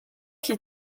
qui